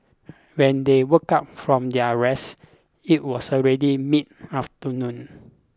when they woke up from their rest it was already mid afternoon